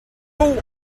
all